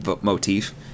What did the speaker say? motif